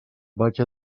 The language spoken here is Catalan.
vaig